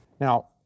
Now